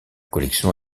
collection